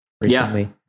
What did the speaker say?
recently